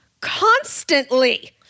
constantly